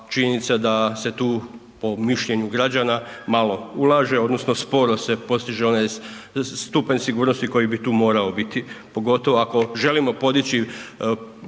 činjenica da se tu po mišljenju građana malo ulaže odnosno sporo se postiže onaj stupanj sigurnosti koji bi tu morao biti, pogotovo ako želimo podići